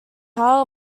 how